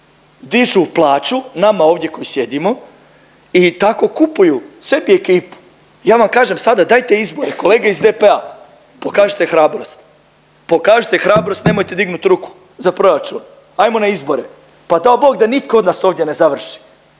Dižu plaću nama ovdje koji sjedimo i tako kupuju sebi ekipu. Ja vam kažem sada dajte izbore, kolege iz DP-a pokažite hrabrost, pokažite hrabrost nemojte dignut ruku za proračun, ajmo na izbore, pa dao Bog neka nitko od nas ovdje ne završi,